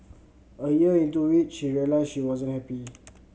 a year into it she realised she wasn't happy